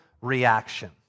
reaction